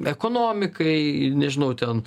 ekonomikai nežinau ten